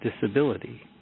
disability